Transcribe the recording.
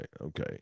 Okay